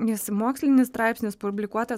jis mokslinis straipsnis publikuotas